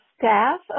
staff